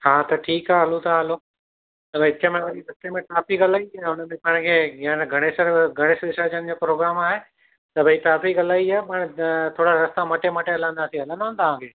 हा त ठीकु आहे हलूं था हलो विच में वरी रस्ते में ट्राफ़िक इलाही आहे हुन में पर पाण खे गणेश गणेश विसर्जन जो पॉग्राम आहे त भई ट्राफ़िक इलाही आहे पाण थोरा रस्ता मटे मटे हलंदासीं हलंदो न तव्हां खे